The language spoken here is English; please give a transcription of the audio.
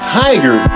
tiger